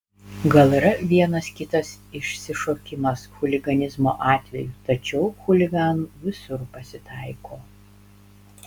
gal yra vienas kitas išsišokimas chuliganizmo atvejų tačiau chuliganų visur pasitaiko